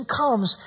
comes